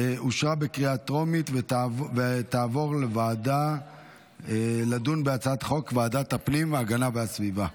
אושרה בקריאה טרומית ותעבור לדיון בוועדת הפנים והגנת הסביבה.